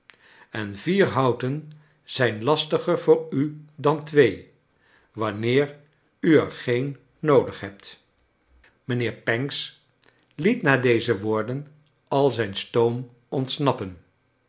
en vier houten zijn lastiger voor u dan twee wanneer u er geen noodig hebt mijnheer pancks liet na deze woorden al zijn stoom ontsnappen